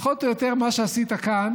זה פחות או יותר מה שעשית כאן,